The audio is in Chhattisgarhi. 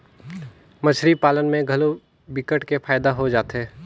मछरी पालन में घलो विकट के फायदा हो जाथे